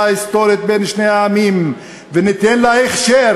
ההיסטורית בין שני העמים וניתן לה הכשר.